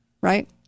Right